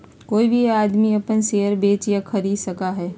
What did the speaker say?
कोई भी आदमी अपन शेयर बेच या खरीद सका हई